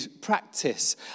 practice